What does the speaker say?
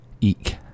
Eek